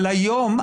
אבל היום,